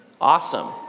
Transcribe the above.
Awesome